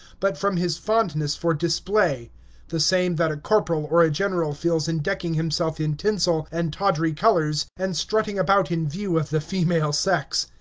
but from his fondness for display the same that a corporal or a general feels in decking himself in tinsel and tawdry colors and strutting about in view of the female sex.